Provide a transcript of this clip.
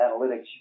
analytics